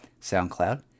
SoundCloud